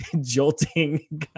jolting